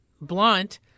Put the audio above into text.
Blunt